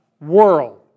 world